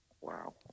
wow